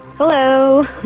Hello